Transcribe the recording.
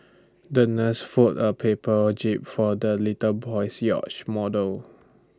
the nurse fold A paper jib for the little boy's yacht model